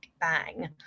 bang